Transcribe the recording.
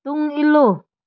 ꯇꯨꯡ ꯏꯜꯂꯨ